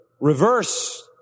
reverse